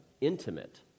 intimate